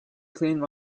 clean